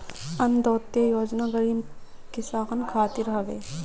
अन्त्योदय योजना गरीब किसान खातिर हवे